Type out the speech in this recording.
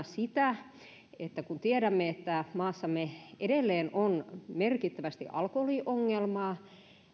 sitä että kun tiedämme että maassamme edelleen on merkittävästi alkoholiongelmaa